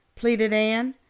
pleaded anne.